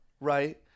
Right